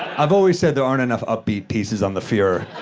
i've always said there aren't enough upbeat pieces on the fuhrer.